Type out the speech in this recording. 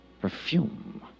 Perfume